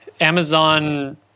Amazon